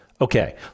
Okay